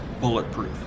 bulletproof